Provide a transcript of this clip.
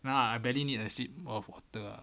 now I barely need a sip of water ah